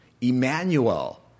Emmanuel